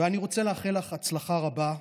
אני רוצה לאחל לך הצלחה רבה.